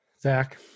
Zach